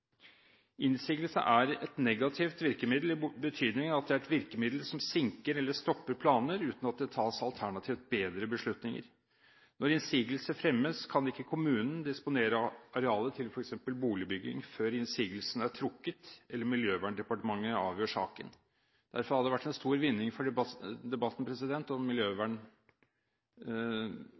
Innsigelse er et negativt virkemiddel, i den betydning at det er et virkemiddel som sinker eller stopper planer, uten at det tas alternativt bedre beslutninger. Når innsigelse fremmes, kan ikke kommunen disponere arealet til f.eks. boligbygging før innsigelsen er trukket eller Miljøverndepartementet har avgjort saken. Derfor hadde det vært en stor fordel for debatten om